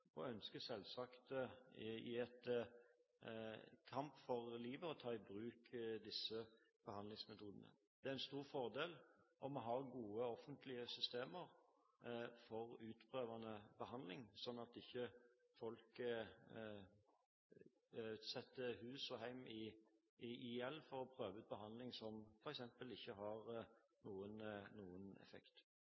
og de ønsker selvsagt i en kamp for livet å ta i bruk disse behandlingsmetodene. Det er en stor fordel om vi har gode offentlige systemer for utprøvende behandling, slik at folk ikke setter hus og hjem i pant for å prøve ut behandling som f.eks. ikke har noen effekt.